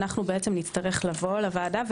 נצטרך לבוא לוועדה,